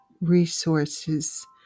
resources